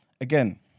Again